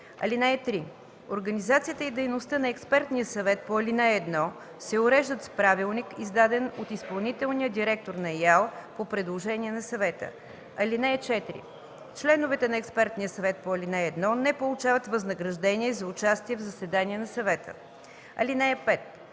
(3) Организацията и дейността на експертния съвет по ал. 1 се уреждат с правилник, издаден от изпълнителния директор на ИАЛ по предложение на съвета. (4) Членовете на експертния съвет по ал. 1 не получават възнаграждения за участие в заседания на съвета. (5)